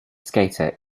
skater